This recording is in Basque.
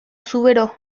zubero